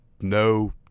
no